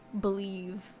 believe